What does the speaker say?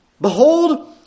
Behold